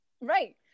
Right